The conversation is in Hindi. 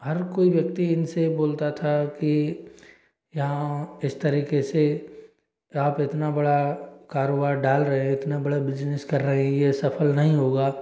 हर कोई व्यक्ति इनसे बोलता था कि यहाँ इस तरीके से आप इतना बड़ा कारोबार डाल रहे हैं इतना बड़ा बिज़नेस कर रहे यह सफल नहीं होगा